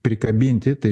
prikabinti tai